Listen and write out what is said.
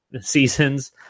seasons